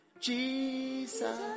Jesus